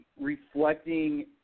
reflecting